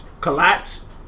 collapsed